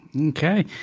Okay